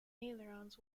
ailerons